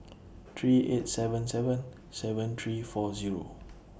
three eight seven seven seven three four Zero